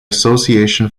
association